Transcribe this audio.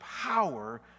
power